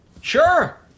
Sure